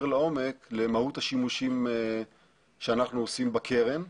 לעומק למהות השימושים שאנחנו עושים בקרן.